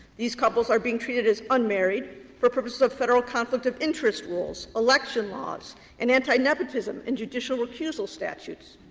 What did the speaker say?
these couples are being treated as unmarried for purposes of federal conflict of interest rules, election laws and anti-nepotism and judicial recusal statutes.